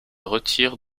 retire